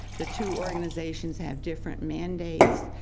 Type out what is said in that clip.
the two organizations have different mandates,